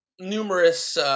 numerous